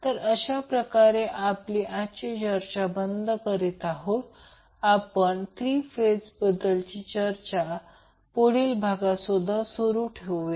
तर अशाप्रकारे आजची आपली चर्चा बंद करीत आहोत आपण 3 फेज बद्दलची आपली चर्चा पुढील भागात सुद्धा चालू ठेवूया